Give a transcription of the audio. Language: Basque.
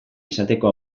izateko